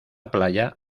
playa